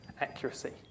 accuracy